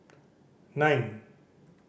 nine